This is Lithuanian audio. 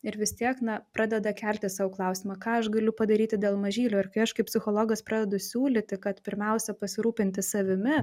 ir vis tiek na pradeda kelti sau klausimą ką aš galiu padaryti dėl mažylio ir kai aš kaip psichologas pradedu siūlyti kad pirmiausia pasirūpinti savimi